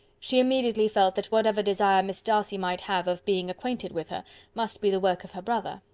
she immediately felt that whatever desire miss darcy might have of being acquainted with her must be the work of her brother,